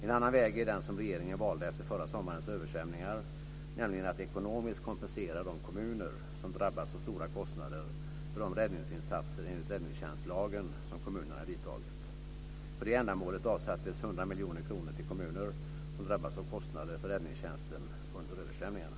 En annan väg är den som regeringen valde efter förra sommarens översvämningar, nämligen att ekonomiskt kompensera de kommuner som drabbats av stora kostnader för de räddningsinsatser enligt räddningstjänstlagen som kommunerna vidtagit. För det ändamålet avsattes 100 miljoner kronor till kommuner som drabbats av kostnader för räddningstjänsten under översvämningarna.